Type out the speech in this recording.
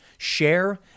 Share